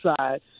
side